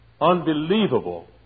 unbelievable